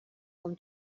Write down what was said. com